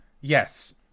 Yes